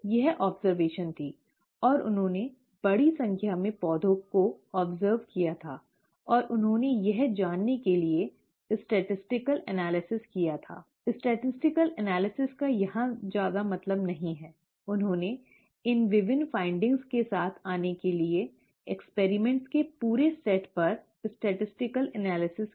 यह अवलोकन थी और उन्होंने बड़ी संख्या में पौधों का अवलोकन किया था और उन्होंने यह जानने के लिए सांख्यिकीय विश्लेषण किया था सांख्यिकीय विश्लेषण का यहाँ ज्यादा मतलब नहीं है उन्होंने इन विभिन्न निष्कर्षों के साथ आने के लिए प्रयोगों के पूरे सेट पर सांख्यिकीय विश्लेषण किया